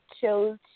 chose